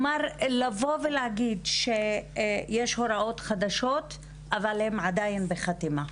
לבוא ולהגיד שיש הוראות חדשות אבל הן עדיין בחתימה,